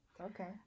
Okay